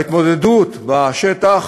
ההתמודדות בשטח